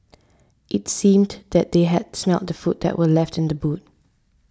it seemed that they had smelt the food that were left in the boot